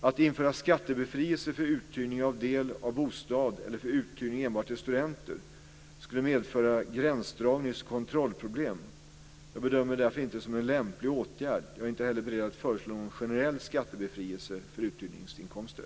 Att införa skattebefrielse för uthyrning av del av bostad eller för uthyrning enbart till studenter skulle medföra gränsdragnings och kontrollproblem. Jag bedömer därför inte detta som en lämplig åtgärd. Jag är inte heller beredd att föreslå någon generell skattebefrielse för uthyrningsinkomster.